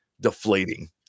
deflating